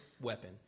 weapon